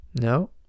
no